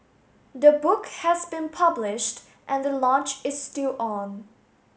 the book has been published and the launch is still on